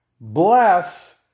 Bless